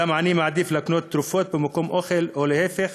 אדם עני מעדיף לקנות תרופות במקום אוכל, או להפך,